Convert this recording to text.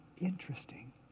interesting